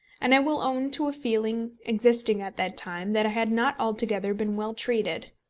and i will own to a feeling existing at that time that i had not altogether been well treated.